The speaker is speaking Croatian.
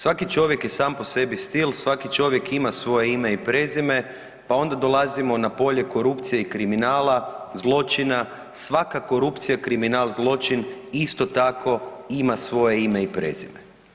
Svaki čovjek je sam po sebi stil, svaki čovjek ima svoje ime i prezime pa onda dolazimo na polje korupcije i kriminala, zločina, svaka korupcija, kriminal, zločin isto tako ima svoje ime i prezime.